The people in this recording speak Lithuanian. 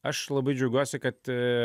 aš labai džiaugiuosi kad